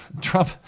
Trump